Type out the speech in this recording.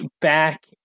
back